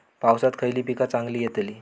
पावसात खयली पीका चांगली येतली?